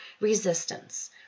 resistance